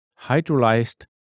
hydrolyzed